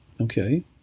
okay